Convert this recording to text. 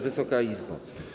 Wysoka Izbo!